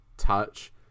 touch